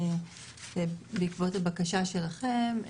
בעקבות הבקשה שלכם,